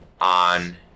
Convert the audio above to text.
on